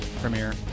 premiere